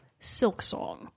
Silksong